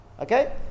Okay